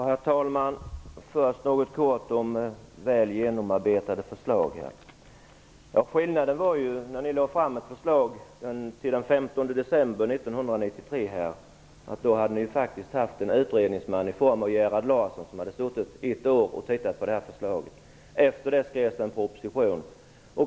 Herr talman! Först några ord om "väl genomarbetade förslag". När ni lade fram ett förslag till den 15 december 1993 hade faktiskt en utredningsman, Gerhard Larsson, först utrett detta i ett år. Därefter skrevs det en proposition.